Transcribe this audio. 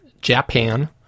Japan